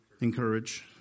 Encourage